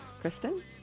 Kristen